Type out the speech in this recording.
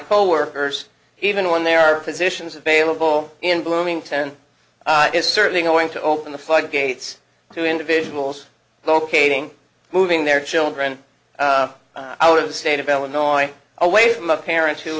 coworkers even when there are positions available in bloomington is certainly going to open the floodgates to individuals locating moving their children out of the state of illinois away from a parent who